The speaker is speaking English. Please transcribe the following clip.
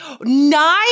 Nine